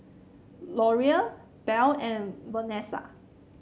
Laureen Bell and Vanesa